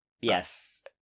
Yes